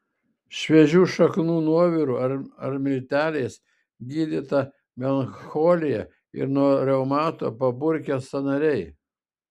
šviežių šaknų nuoviru ar milteliais gydyta melancholija ir nuo reumato paburkę sąnariai